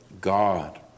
God